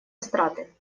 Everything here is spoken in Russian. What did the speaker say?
эстрады